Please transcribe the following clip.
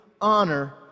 honor